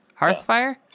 Hearthfire